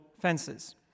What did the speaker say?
fences